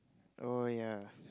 oh ya